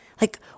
Like-